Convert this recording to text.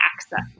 access